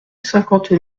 cinquante